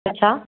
अच्छा